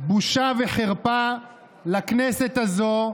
בושה וחרפה לכנסת הזאת,